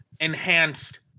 enhanced